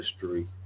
history